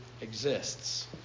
exists